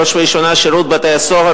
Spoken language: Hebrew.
בראש ובראשונה שירות בתי-הסוהר,